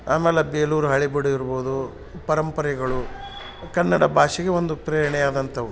ಆಮ್ಯಾಲ ಬೇಲೂರು ಹಳೆಬೀಡು ಇರ್ಬೋದು ಪರಂಪರೆಗಳು ಕನ್ನಡ ಭಾಷೆಗೆ ಒಂದು ಪ್ರೇರಣೆಯಾದಂತವು